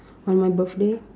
on my birthday